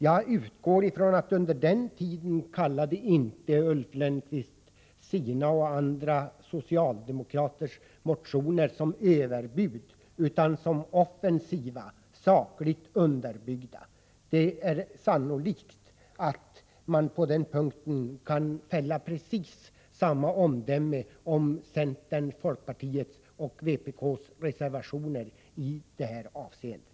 Jag utgår från att Ulf Lönnqvist under den tiden inte kallade sina och andrasocialdemokraters motioner för överbud. De betecknades ju i stället som offensiva och sakligt underbyggda. Sannolikt kan man på den punkten fälla precis samma omdöme om folkpartiets, centerpartiets och vpk:s reservationer i det här avseendet.